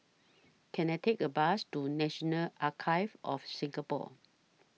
Can I Take A Bus to National Archives of Singapore